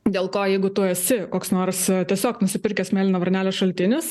dėl ko jeigu tu esi koks nors tiesiog nusipirkęs mėlyną varnelę šaltinis